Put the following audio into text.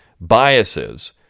biases